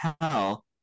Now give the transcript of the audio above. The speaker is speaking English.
tell